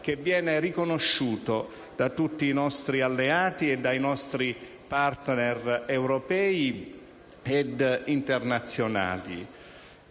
come riconosciuto da tutti i nostri alleati e dai nostri *partner* europei ed internazionali.